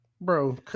bro